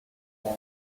dark